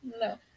No